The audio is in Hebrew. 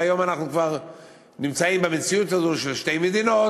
והיום אנחנו כבר נמצאים במציאות הזאת של שתי מדינות,